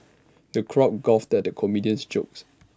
the crowd guffawed at the comedian's jokes